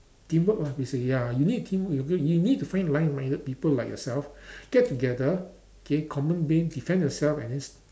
teamwork lah basically ya you need teamwork you you need to find like minded people like yourself get together okay common defend yourself and then s~